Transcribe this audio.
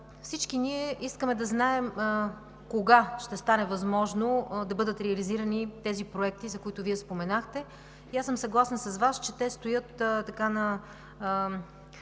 Всички ние искаме да знаем кога ще стане възможно да бъдат реализирани тези проекти, за които споменахте. Аз съм съгласна с Вас, че те стоят в